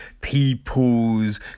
people's